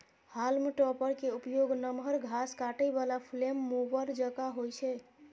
हाल्म topper के उपयोग नमहर घास काटै बला फ्लेम मूवर जकां होइ छै